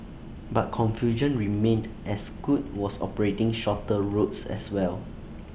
but confusion remained as scoot was operating shorter routes as well